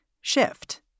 shift